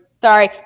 Sorry